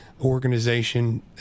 Organization